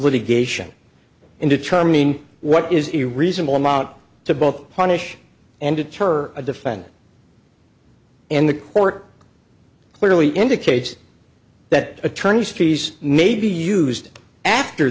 litigation in determining what is a reasonable amount to both punish and deter a defendant and the court clearly indicates that attorney's fees may be used after